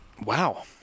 wow